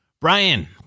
Brian